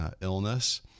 illness